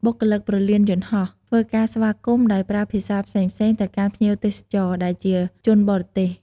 បុគ្គលិកព្រលានយន្តហោះ ធ្វើការស្វាគមន៍ ដោយប្រើភាសាផ្សេងៗទៅកាន់ភ្ញៀវទេសចរណ៍ ដែលជាជនបរទេស។